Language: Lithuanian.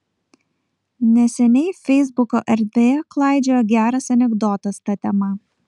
neseniai feisbuko erdvėje klaidžiojo geras anekdotas ta tema